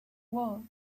wool